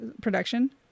production